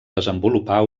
desenvolupar